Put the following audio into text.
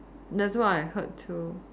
that's what I heard too